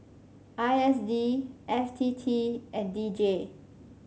I S D F T T and D J